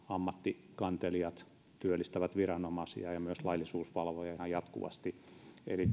ammattikantelijat työllistävät viranomaisia ja myös laillisuusvalvojia ihan jatkuvasti